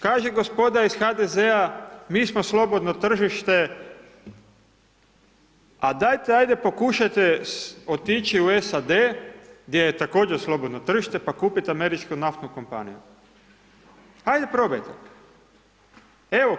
Kaže gospoda iz HDZ-a, mi smo slobodno tržište, a dajte, ajde pokušajte otići u SAD gdje je također slobodno tržište, pa kupit Američku naftnu kompaniju, ajde probajte.